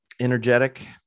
energetic